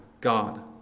God